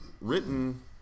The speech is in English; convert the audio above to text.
written